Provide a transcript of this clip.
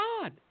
God